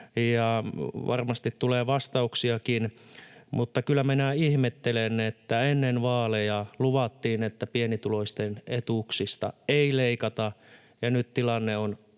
ja varmasti tulee vastauksiakin. Mutta kyllä minä ihmettelen, että ennen vaaleja luvattiin, että pienituloisten etuuksista ei leikata, ja nyt tilanne on